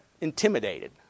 intimidated